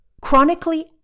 Chronically